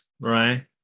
right